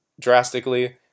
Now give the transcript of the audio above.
drastically